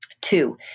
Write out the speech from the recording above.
Two